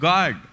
God